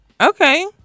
Okay